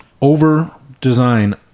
over-design